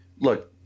Look